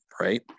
right